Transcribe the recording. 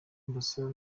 mbasaba